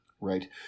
Right